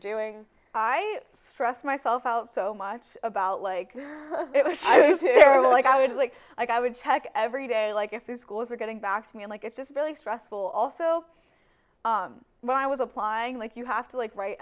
doing i stress myself out so much about like it was like i would like i would check every day like if the schools were getting back to me like it's just really stressful also when i was applying like you have to like ri